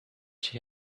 she